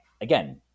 Again